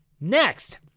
Next